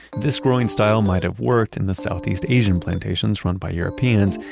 this growing style might have worked in the southeast asian plantations run by europeans,